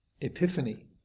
epiphany